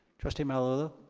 trustee malauulu?